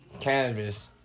cannabis